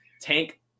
Tank